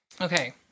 okay